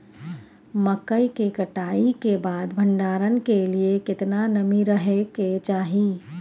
मकई के कटाई के बाद भंडारन के लिए केतना नमी रहै के चाही?